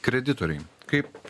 kreditoriai kaip